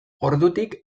ordutik